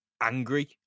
angry